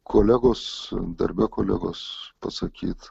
kolegos darbe kolegos pasakyt